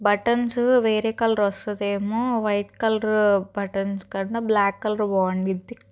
buttons వేరే colour వస్తుంది ఏమో వైట్ కలర్ బటన్స్ కన్నా బ్లాక్ కలర్ బాగుంటుంది